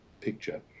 picture